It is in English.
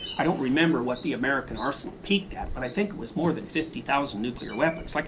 i don't remember what the american arsenal peaked out, but i think it was more than fifty thousand nuclear weapons. like